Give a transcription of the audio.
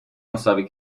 مساوی